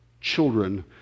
children